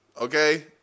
okay